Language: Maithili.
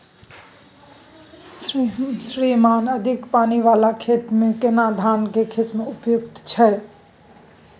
श्रीमान अधिक पानी वाला खेत में केना धान के किस्म उपयुक्त छैय?